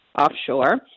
offshore